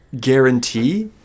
guarantee